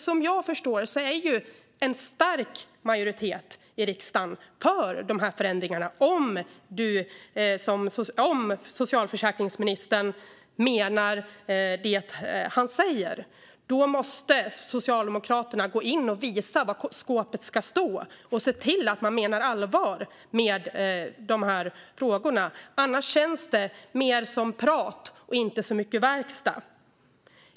Som jag förstår det är en stark majoritet i riksdagen för förändringarna, om socialförsäkringsministern menar det han säger. Då måste Socialdemokraterna visa var skåpet ska stå och se till att man menar allvar med dessa frågor. Annars känns det mer som prat och inte så mycket verkstad.